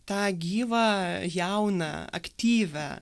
tą gyvą jauną aktyvią